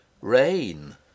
Rain